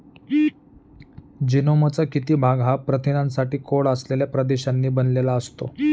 जीनोमचा किती भाग हा प्रथिनांसाठी कोड असलेल्या प्रदेशांनी बनलेला असतो?